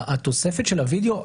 התוספת של הווידאו,